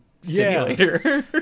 simulator